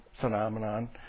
phenomenon